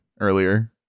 earlier